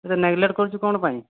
ଏତେ ନେଗେଲେଟ କରୁଛୁ କ'ଣ ପାଇଁ